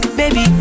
baby